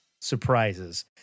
surprises